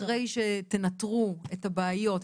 אחרי שתנטרו את הבעיות,